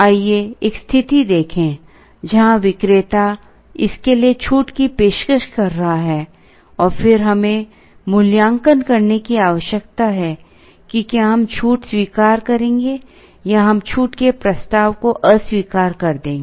आइए एक स्थिति देखें जहां विक्रेता इसके लिए छूट की पेशकश कर रहा है और फिर हमें मूल्यांकन करने की आवश्यकता है कि क्या हम छूट स्वीकार करेंगे या हम छूट के प्रस्ताव को अस्वीकार कर देंगे